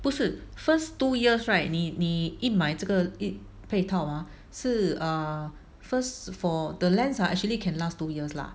不是 first two years right 你你一买这个一配套 ah 是 err first for the lens ah actually can last two years lah